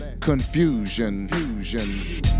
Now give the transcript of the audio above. confusion